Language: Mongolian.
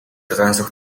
гансүх